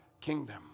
kingdom